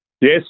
Yes